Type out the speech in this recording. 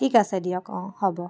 ঠিক আছে দিয়ক অঁ হ'ব